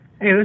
Hey